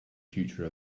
future